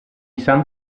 san